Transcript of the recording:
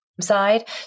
side